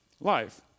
life